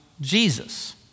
Jesus